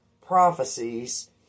prophecies